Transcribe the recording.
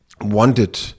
wanted